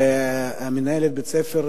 מנהלת בית-הספר,